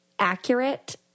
Accurate